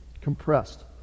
compressed